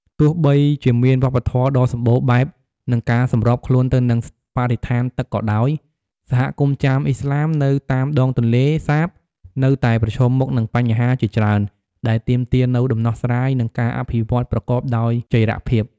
ទោះបីជាមានវប្បធម៌ដ៏សម្បូរបែប និងការសម្របខ្លួនទៅនឹងបរិស្ថានទឹកក៏ដោយ សហគមន៍ ចាមឥស្លាម នៅតាមដងទន្លេសាបនៅតែប្រឈមមុខនឹងបញ្ហាជាច្រើន ដែលទាមទារនូវដំណោះស្រាយ និងការអភិវឌ្ឍន៍ប្រកបដោយចីរភាព។